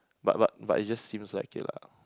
but but but it just seems like it lah